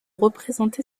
représenter